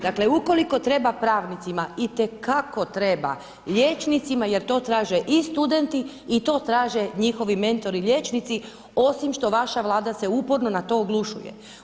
Dakle, ukoliko treba pravnicima i te kako treba liječnicima jer to traže i studenti i to traže njihovi mentori liječnici, osim što vaša Vlada se uporno na to oglušuje.